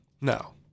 No